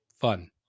fun